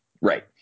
right